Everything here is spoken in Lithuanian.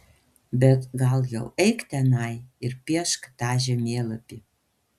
bet gal jau eik tenai ir piešk tą žemėlapį